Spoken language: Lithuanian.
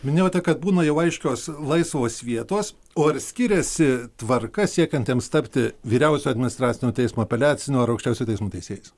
minėjote kad būna jau aiškios laisvos vietos o ar skiriasi tvarka siekiantiems tapti vyriausio administracinio teismo apeliacinio ar aukščiausiojo teismo teisėjais